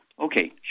Okay